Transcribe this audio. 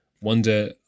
wonder